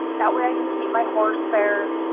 that way i can keep my horse there.